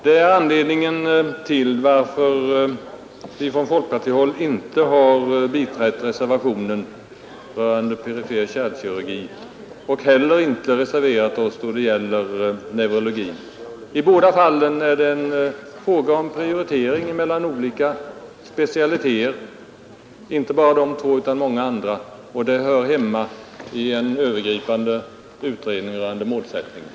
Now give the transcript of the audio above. Detta är anledningen till att vi från folkpartihåll inte har biträtt reservationen rörande perifer kärlkirurgi och heller inte reserverat oss när det gäller neurologin. I båda fallen är det en fråga om prioritering mellan olika specialiteter — inte bara de två utan många andra — och en sådan prioritering hör hemma i en övergripande utredning rörande målsättningen.